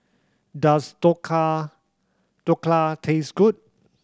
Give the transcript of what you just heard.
does Dhokla Dhokla taste good